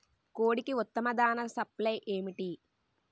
కోడికి ఉత్తమ దాణ సప్లై ఏమిటి?